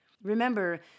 Remember